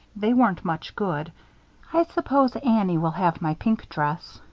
they weren't much good i suppose annie will have my pink dress.